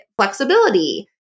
flexibility